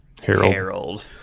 Harold